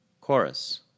Chorus